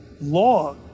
law